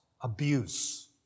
Abuse